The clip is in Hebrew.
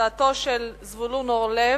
הצעתו של זבולון אורלב,